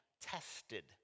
tested